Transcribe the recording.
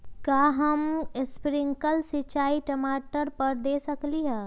का हम स्प्रिंकल सिंचाई टमाटर पर दे सकली ह?